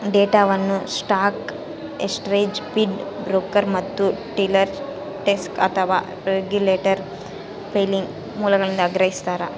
ಡೇಟಾವನ್ನು stock exchange feed broker ಮತ್ತು dealer desk ಅಥವಾ ರೆಗ್ಯುಲೇಟರಿ ಫೈಲಿಂಗ್ ಮೂಲಗಳಿಂದ ಸಂಗ್ರಹಿಸ್ತಾರ